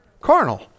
Carnal